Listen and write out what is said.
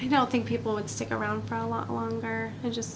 i don't think people would stick around for a lot longer than just